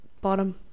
Bottom